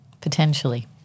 Potentially